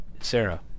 Sarah